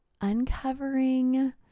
uncovering